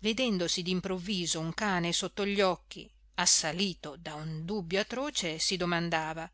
vedendosi d'improvviso un cane sotto gli occhi assalito da un dubbio atroce si domandava